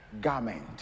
garment